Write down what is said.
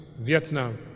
Vietnam